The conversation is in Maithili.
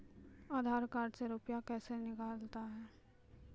आधार कार्ड से रुपये कैसे निकलता हैं?